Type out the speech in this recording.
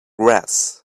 grass